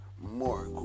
More